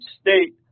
state